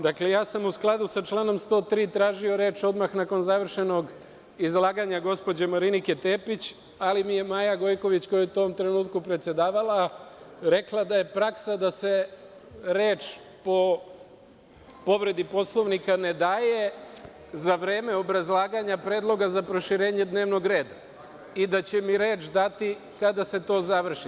Dakle, ja sam u skladu sa članom 103. tražio reč, odmah nakon završenog izlaganja gospođe Marinike Tepić, ali mi je Maja Gojković, koja je u tom trenutku predsedavala, rekla da je praksa da se reč po povredi Poslovnika ne daje za vreme obrazlaganja predloga za proširenje dnevnog reda i da će mi reč dati kada se to završi.